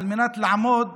וזאת על מנת לעמוד